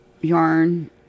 yarn